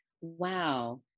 Wow